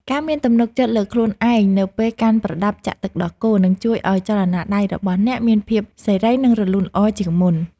ការមានទំនុកចិត្តលើខ្លួនឯងនៅពេលកាន់ប្រដាប់ចាក់ទឹកដោះគោ នឹងជួយឱ្យចលនាដៃរបស់អ្នកមានភាពសេរី និងរលូនល្អជាងមុន។